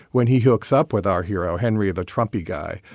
when he hooks up with our hero, henry, the trumpet guy,